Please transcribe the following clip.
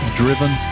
driven